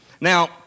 Now